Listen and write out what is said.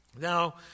now